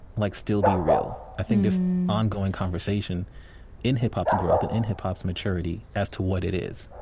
like still be real. i think this ongoing conversation in hip-hop's growth and in hip-hop's maturity, as to what it is